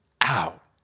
out